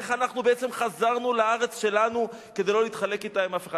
איך אנחנו בעצם חזרנו לארץ שלנו כדי לא להתחלק בה עם אף אחד.